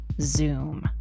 Zoom